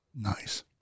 Nice